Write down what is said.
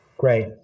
Great